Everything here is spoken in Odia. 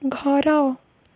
ଘର